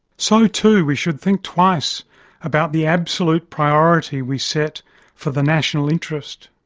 so too, we should think twice about the absolute priority we set for the national interest.